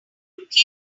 killed